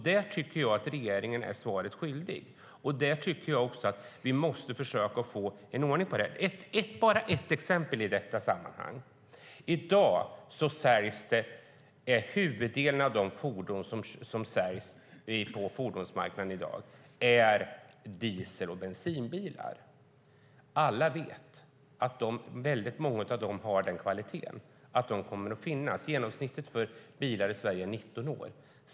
Där tycker jag att regeringen är svaret skyldig, och det tycker jag att vi måste försöka få ordning på. Jag tar bara ett exempel i detta sammanhang: I dag är huvuddelen av de fordon som säljs på fordonsmarknaden diesel och bensinbilar. Alla vet att väldigt många av dem har en sådan kvalitet att de kommer att finnas länge. Genomsnittsåldern för bilar i Sverige är 19 år.